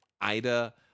Ida